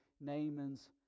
Naaman's